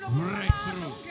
breakthrough